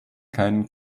keinen